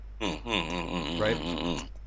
right